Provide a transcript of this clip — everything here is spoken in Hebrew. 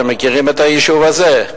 אתם מכירים את היישוב הזה.